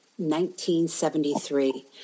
1973